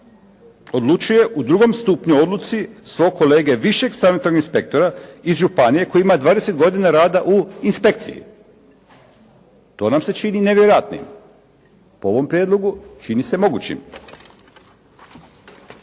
odlučuje u drugom stupnju o odluci svog kolege višeg sanitarnog inspektora iz županije koji ima 20 godina rada u inspekciji. To nam se čini nevjerojatnim. Po ovom prijedlogu čini se mogućim.